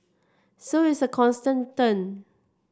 so it's a constant turn